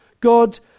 God